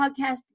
podcast